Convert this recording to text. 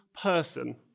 person